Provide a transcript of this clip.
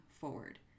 forward